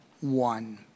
one